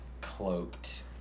cloaked